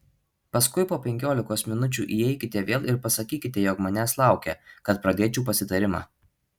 paskui po penkiolikos minučių įeikite vėl ir pasakykite jog manęs laukia kad pradėčiau pasitarimą